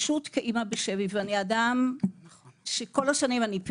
אני אדם שבכל השנים אני נוכחת,